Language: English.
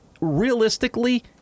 realistically